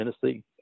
Tennessee